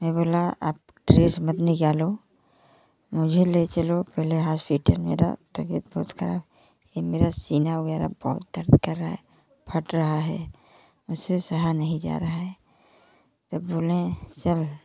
मैं बोला आप ड्रेस मत निकालो मुझे ले चलो पहले हॉस्पिटल मेरा तबीयत बहुत खराब ये मेरा सीना वगैरह बहुत दर्द कर रहा है फट रहा है मुझसे सहा नहीं जा रहा है तब बोलें चल